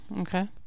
okay